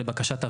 לבקשת הוועדה.